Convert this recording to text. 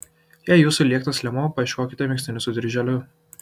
jei jūsų lieknas liemuo paieškokite megztinių su dirželiu